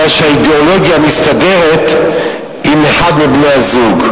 בגלל שהאידיאולוגיה מסתדרת עם אחד מבני-הזוג.